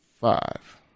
five